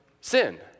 sin